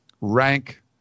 rank